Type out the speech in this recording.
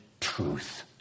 truth